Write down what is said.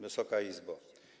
Wysoka Izbo!